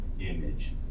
image